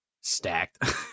stacked